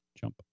jump